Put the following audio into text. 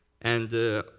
and